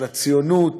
של הציונות,